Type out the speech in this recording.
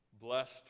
blessed